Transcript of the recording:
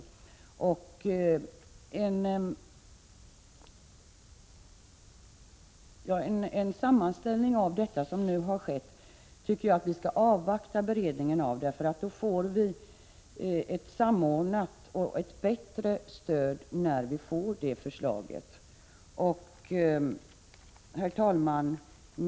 Jag tycker att vi efter sammanställningen som har skett skall 123 avvakta beredningen. Därigenom kan vi få ett samordnat och bättre stöd. Herr talman!